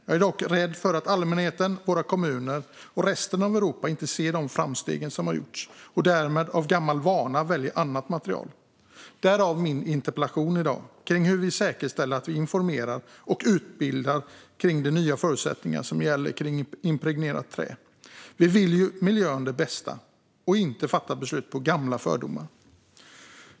Jag är dock rädd för att allmänheten, våra kommuner och resten av Europa inte ser de framsteg som gjorts och därmed av gammal vana väljer annat material, därav min interpellation i dag om hur vi säkerställer att vi informerar och utbildar kring de nya förutsättningar som gäller för impregnerat trä. Vi vill ju det bästa för miljön och vill inte fatta beslut på gamla fördomar.